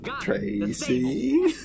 Tracy